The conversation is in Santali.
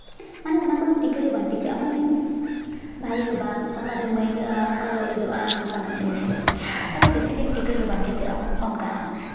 ᱢᱟᱱᱮ ᱚᱱᱟ ᱠᱚᱫᱚ ᱴᱤᱠᱟᱹᱣ ᱜᱮ ᱵᱟᱝ ᱴᱤᱠᱟᱹᱜᱼᱟ ᱢᱟᱱᱮ ᱵᱷᱟᱜᱮ ᱜᱮᱵᱟᱝ ᱚᱠᱟᱨᱮ ᱢᱟᱹᱭᱞᱟᱹᱜᱼᱟ ᱚᱠᱟᱨᱮ ᱚᱲᱮᱡᱚᱜᱼᱟ ᱱᱚᱝᱠᱟᱱᱟᱜ ᱡᱤᱱᱤᱥ ᱢᱟᱱᱮ ᱵᱮᱥᱤ ᱫᱤᱱ ᱴᱤᱠᱟᱹᱣ ᱜᱮ ᱵᱟᱝ ᱴᱤᱠᱟᱹᱜᱼᱟ ᱚᱱᱠᱟᱱᱟᱜ